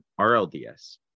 RLDS